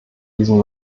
diesen